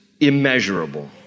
immeasurable